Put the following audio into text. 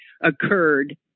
occurred